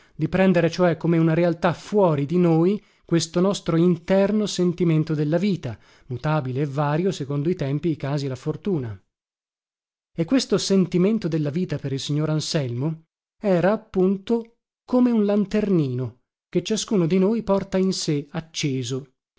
di prendere cioè come una realtà fuori di noi questo nostro interno sentimento della vita mutabile e vario secondo i tempi i casi e la fortuna e questo sentimento della vita per il signor anselmo era appunto come un lanternino che ciascuno di noi porta in sé acceso